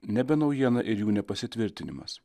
nebe naujiena ir jų nepasitvirtinimas